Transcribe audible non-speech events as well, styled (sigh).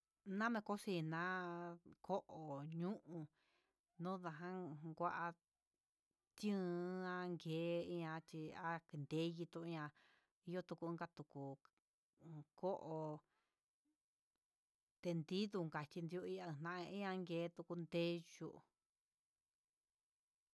Nami cocina ko'ó ñuu, nodajan kuá tiu ndanke ianti ñap'a nendi tuña'a inkoka tuku ko'o tendido (unintelligible) nayan ke'e tuku ndeyó.